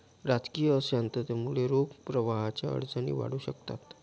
राजकीय अशांततेमुळे रोख प्रवाहाच्या अडचणी वाढू शकतात